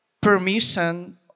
permission